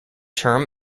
term